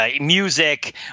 Music